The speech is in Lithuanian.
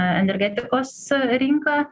energetikos rinka